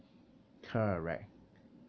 correct